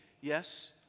yes